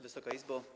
Wysoka Izbo!